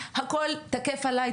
הכל תקף עליי,